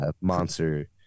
monster